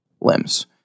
limbs